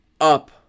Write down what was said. up